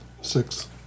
Six